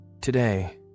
today